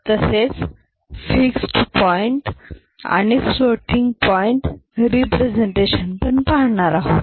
तसेच fixed point आणि floating point representation पण पाहणार आहोत